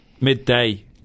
midday